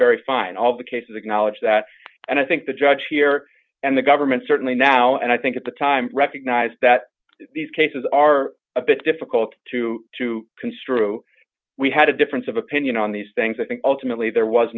very fine all the cases acknowledge that and i think the judge here and the government certainly now and i think at the time recognize that these cases are a bit difficult to to construe we had a difference of opinion on these things that ultimately there was